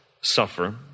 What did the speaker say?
suffer